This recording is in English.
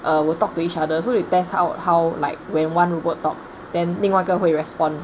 uh will talk to each other so they test out how like when one robot talks than 另外一个会 respond